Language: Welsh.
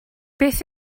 beth